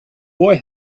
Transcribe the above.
boy